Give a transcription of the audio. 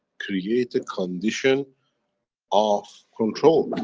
create a condition of controled